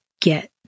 get